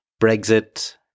Brexit